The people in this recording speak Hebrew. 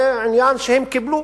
הם קיבלו